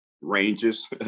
ranges